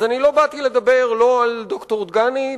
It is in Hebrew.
אז לא באתי לדבר על ד"ר דגני,